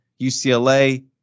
UCLA